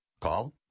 Call